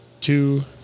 two